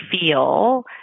feel